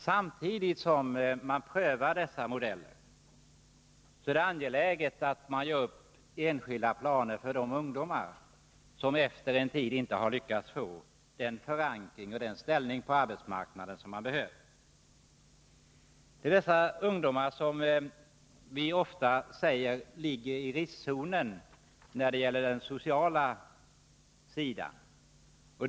Samtidigt som man prövar dessa modeller är det angeläget att man gör enskilda planer för de ungdomar som efter en tid inte har lyckats få den förankring och den ställning på arbetsmarknaden som de behöver. Det är dessa ungdomar som vi brukar säga ligger i riskzonen när det gäller den sociala sidan.